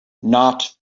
not